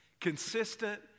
consistent